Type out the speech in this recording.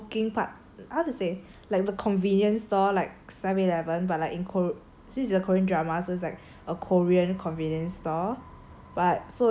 a conv~ like working part how to say like the convenience store like Seven-Eleven but like in ko~ since the korean dramas like a korean convenience store